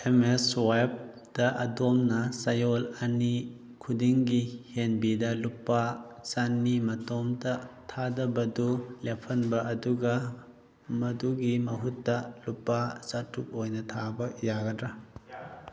ꯑꯝ ꯑꯦꯁ ꯋꯥꯏꯄꯇ ꯑꯗꯣꯝꯅ ꯆꯌꯣꯜ ꯑꯅꯤ ꯈꯨꯗꯤꯡꯒꯤ ꯍꯦꯟꯕꯤꯗ ꯂꯨꯄꯥ ꯆꯅꯤ ꯃꯇꯣꯝꯇꯥ ꯊꯥꯗꯕꯗꯨ ꯂꯦꯞꯍꯟꯕ ꯑꯗꯨꯒ ꯃꯗꯨꯒꯤ ꯃꯍꯨꯠꯇ ꯂꯨꯄꯥ ꯆꯇꯔꯨꯛ ꯑꯣꯏꯅ ꯊꯥꯕ ꯌꯥꯒꯗ꯭ꯔꯥ